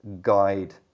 guide